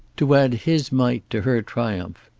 to add his mite to her triumph.